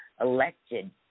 elected